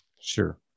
sure